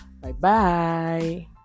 Bye-bye